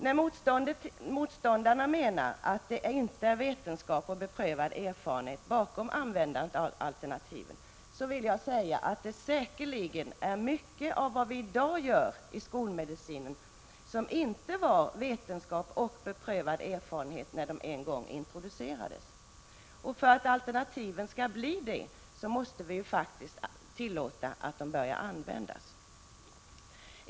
När motståndarna menar att det inte är vetenskap och beprövad erfarenhet bakom användandet av alternativen, vill jag säga att mycket av det vi i dag gör i skolmedicinen inte var vetenskaplig och beprövad erfarenhet när det en gång introducerades. För att alternativen skall uppfylla de kraven måste vi faktiskt tillåta att de börjar användas.